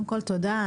תודה.